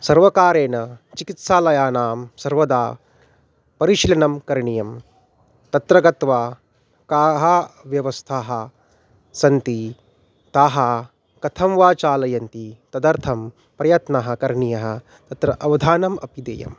सर्वकारेण चिकित्सालयानां सर्वदा परिशिलनं करणीयं तत्र गत्वा काः व्यवस्थाः सन्ति ताः कथं वा चालयन्ति तदर्थं प्रयत्नः करणीयः तत्र अवधानम् अपि देयम्